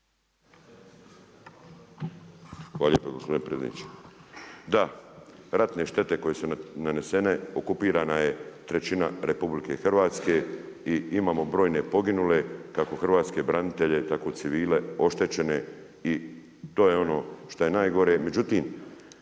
Hvala lijepo gospodine predsjedniče. Da, ratne štete koje su nanesene okupirana je trećina RH i imamo brojne poginule, kako hrvatske branitelje, tako i civile, oštećene i to je ono šta je najgore.